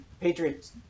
Patriots